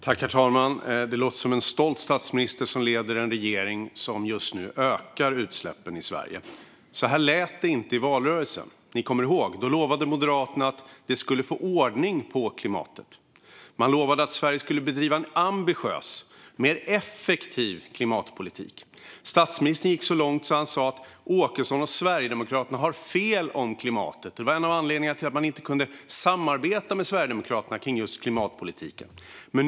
Herr talman! Det låter som en stolt statsminister som leder en regering som just nu ökar utsläppen i Sverige. Så lät det inte i valrörelsen. Det kommer vi ihåg. Då lovade Moderaterna att man skulle få ordning på klimatet. Man lovade att Sverige skulle bedriva en ambitiös och mer effektiv klimatpolitik. Statsministern gick så långt att han sa att Åkesson och Sverigedemokraterna har fel om klimatet. Det var en av anledningarna till att man inte kunde samarbeta med Sverigedemokraterna inom just klimatpolitiken.